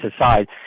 aside